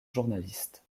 journalistes